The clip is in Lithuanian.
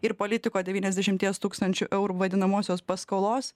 ir politiko devyniasdešimies tūkstančių eurų vadinamosios paskolos